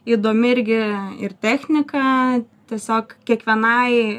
įdomi irgi ir technika tiesiog kiekvienai